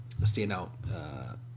standout